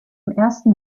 ersten